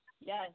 yes